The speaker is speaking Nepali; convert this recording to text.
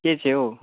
के चाहिँ हो